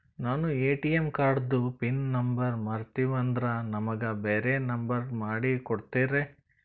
ನಾನು ಎ.ಟಿ.ಎಂ ಕಾರ್ಡಿಂದು pin number ಮರತೀವಂದ್ರ ನಮಗ ಬ್ಯಾರೆ ನಂಬರ್ ಮಾಡಿ ಕೊಡ್ತೀರಿ?